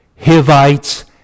Hivites